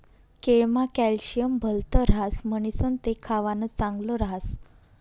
केळमा कॅल्शियम भलत ह्रास म्हणीसण ते खावानं चांगल ह्रास